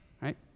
Right